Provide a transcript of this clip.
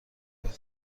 بود